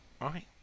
right